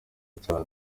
cyane